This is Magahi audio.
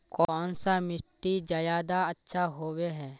कौन सा मिट्टी ज्यादा अच्छा होबे है?